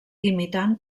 imitant